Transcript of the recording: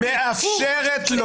מאפשרת לו